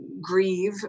grieve